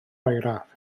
oeraf